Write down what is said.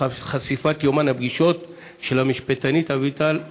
את חשיפת יומן הפגישות של המשפטנית אביטל שטרנברג,